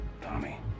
Tommy